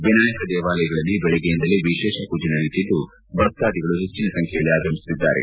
ವಿನಾಯಕ ದೇವಾಲಯಗಳಲ್ಲಿ ಬೆಳಗ್ಗೆಯಿಂದಲ್ಲೇ ವಿಶೇಷ ಪೂಜೆ ನಡೆಯುತ್ತಿದ್ದು ಭಕ್ತಾಧಿಗಳು ಹೆಚ್ಚಿನ ಸಂಖ್ಯೆಯಲ್ಲಿ ಆಗಮಿಸುತ್ತಿದ್ದಾರೆ